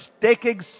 taking